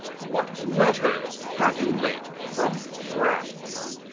what letters had you late from france?